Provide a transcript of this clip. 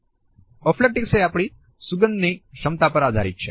olfactics એ આપણી સુંઘવાની ક્ષમતા પર આધારિત છે